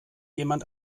jemand